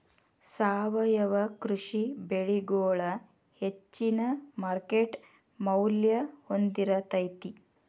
ಸಾವಯವ ಕೃಷಿ ಬೆಳಿಗೊಳ ಹೆಚ್ಚಿನ ಮಾರ್ಕೇಟ್ ಮೌಲ್ಯ ಹೊಂದಿರತೈತಿ